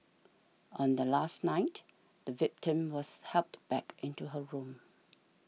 on the last night the victim was helped back into her room